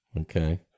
okay